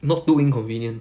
not too inconvenient